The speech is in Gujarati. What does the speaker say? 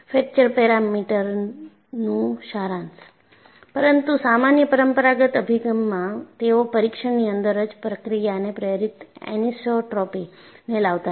ફ્રેકચર પેરામીટરનું સારંશ પરંતુ સામાન્ય પરમપરાગત અભિગમમાં તેઓ પરીક્ષણની અંદર જ પ્રક્રિયાને પ્રેરિત એનિસોટ્રોપીને લાવતા નથી